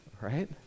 right